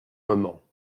moment